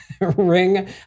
Ring